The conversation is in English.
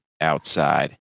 outside